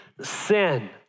sin